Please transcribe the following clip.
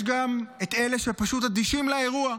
יש גם את אלה שפשוט אדישים לאירוע,